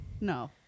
No